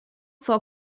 for